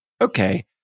okay